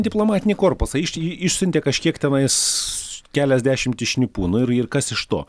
diplomatinį korpusą išsiuntė kažkiek tenais keliasdešimtį šnipų nu ir kas iš to